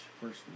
first